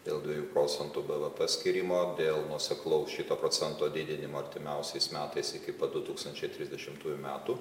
dėl dviejų procentų bvp skyrimo dėl nuoseklaus šito procento didinimo artimiausiais metais iki pat du tūkstančiai trisdešimtųjų metų